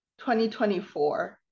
2024